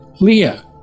Leah